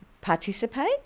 participate